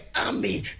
army